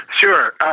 Sure